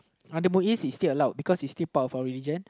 under MUIS is still allowed because it's still part of our religion